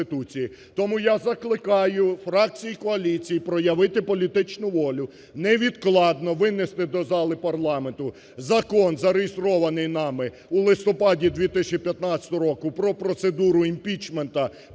Тому я закликаю фракції коаліції проявити політичну волю, невідкладно винести до залу парламенту Закон, зареєстрований нами у листопаді 2015 року, "Про процедуру імпічменту